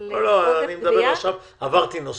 --- עברתי נושא.